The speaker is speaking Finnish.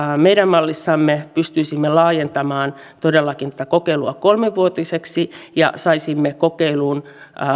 meidän mallissamme pystyisimme laajentamaan todellakin tätä kokeilua kolmevuotiseksi ja saisimme kokeiluun